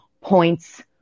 Points